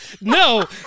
No